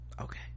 okay